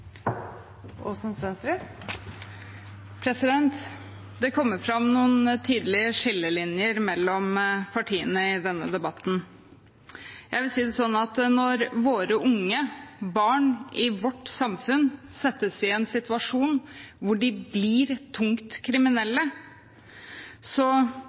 kommer fram noen tydelige skillelinjer mellom partiene i denne debatten. Når våre unge, barn i vårt samfunn, settes i en situasjon der de blir tungt